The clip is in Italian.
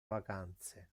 vacanze